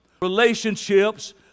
Relationships